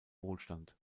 wohlstand